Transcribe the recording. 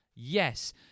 Yes